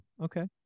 Okay